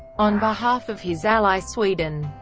on behalf of his ally sweden.